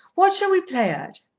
what shall we play at?